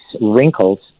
wrinkles